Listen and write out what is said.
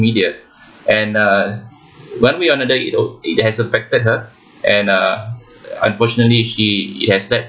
media and uh one way or another it it has affected her and uh unfortunately she it has led